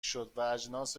شدواجناس